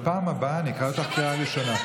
בפעם הבאה אני אקרא אותך קריאה ראשונה.